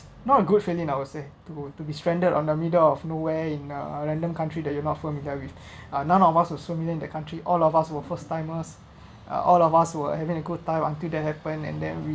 not a good feeling I will say to to be stranded on the middle of nowhere in a a random country that you are not familiar with uh none of us are similar in that country all of us were first timers uh all of us were having a good time until that happened and then we